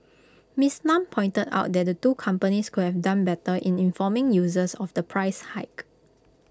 miss Lam pointed out that the two companies could have done better in informing users of the price hike